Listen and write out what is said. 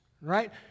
right